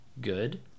good